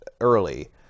early